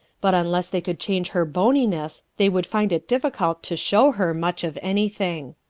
but unless they could change her boniness they would find it difficult to show her much of anything.